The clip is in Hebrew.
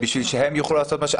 בשביל שהם יוכלו לעשות מה שהם,